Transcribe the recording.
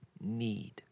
need